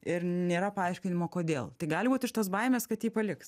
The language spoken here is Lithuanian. ir nėra paaiškinimo kodėl tai gali būt iš tos baimes kad jį paliks